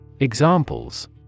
Examples